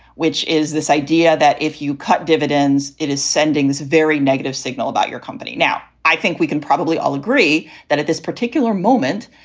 which is this idea that if you cut dividends, it is sending a very negative signal about your company. now, i think we can probably all agree that at this particular moment,